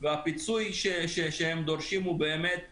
והפיצוי שהם דורשים הוא באמת כלום,